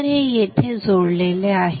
तर हे येथे जोडलेले आहे